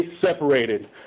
separated